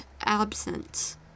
absence